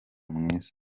mwiza